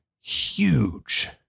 huge